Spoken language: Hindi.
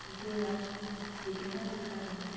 जी ठीक है ना दिखा देंगे